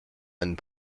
and